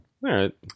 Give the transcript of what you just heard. right